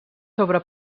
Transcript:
sobre